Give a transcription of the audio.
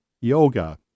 yoga